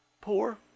poor